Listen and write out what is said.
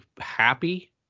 happy